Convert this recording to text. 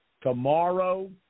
Tomorrow